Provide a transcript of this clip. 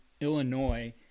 Illinois